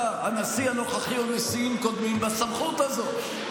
הנשיא הנוכחי או נשיאים קודמים בסמכות הזאת?